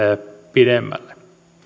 pidemmälle